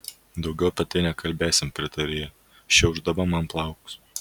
daugiau apie tai nekalbėsim pritarė ji šiaušdama man plaukus